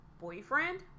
boyfriend